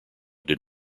did